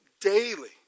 daily